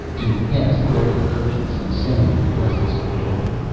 to pass the golden curtains and stand in the presence of the daughter.